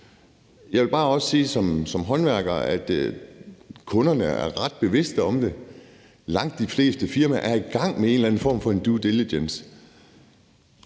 Jeg vil bare også sige som håndværker, at kunderne er ret bevidste om det, og langt de fleste firmaer er i gang med en eller anden form for en due diligence.